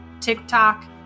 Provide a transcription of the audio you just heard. TikTok